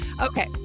Okay